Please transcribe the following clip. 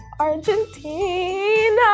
Argentina